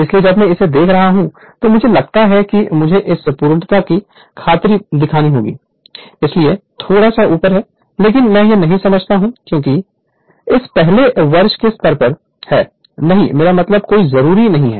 इसलिए जब मैं इसे दिखा रहा हूं तो मुझे लगता है कि मुझे इसे पूर्णता की खातिर दिखाना होगा इसीलिए थोड़ा सा ऊपर है लेकिन मैं यह नहीं समझा रहा हूं क्योंकि इस पहले वर्ष के स्तर पर है नहीं मेरा मतलब कोई जरूरत नहीं है